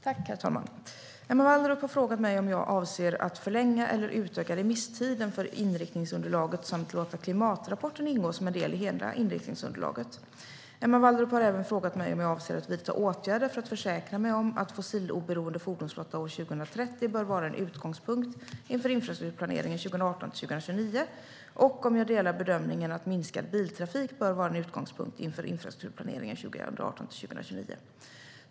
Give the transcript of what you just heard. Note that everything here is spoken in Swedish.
Herr talman! Emma Wallrup har frågat mig om jag avser att förlänga eller utöka remisstiden för inriktningsunderlaget samt låta klimatrapporten ingå som en del i hela inriktningsunderlaget. Emma Wallrup har även frågat mig om jag avser att vidta åtgärder för att försäkra mig om att fossiloberoende fordonsflotta år 2030 bör vara en utgångspunkt inför infrastrukturplaneringen 2018-2029 och om jag delar bedömningen att minskad biltrafik bör vara en utgångspunkt inför infrastrukturplaneringen 2018-2029.